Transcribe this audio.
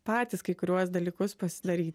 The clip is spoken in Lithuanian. patys kai kuriuos dalykus pasidaryt